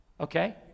Okay